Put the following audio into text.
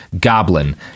goblin